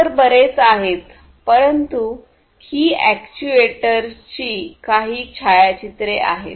इतर बरेच आहेत परंतु ही अॅक्ट्युएटर्सची काही छायाचित्रे आहेत